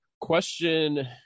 Question